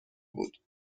بود